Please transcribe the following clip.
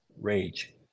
rage